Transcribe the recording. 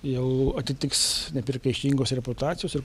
jau atitiks nepriekaištingos reputacijos ir